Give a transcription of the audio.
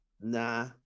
nah